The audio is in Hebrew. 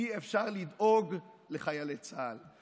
אי-אפשר לדאוג לחיילי צה"ל.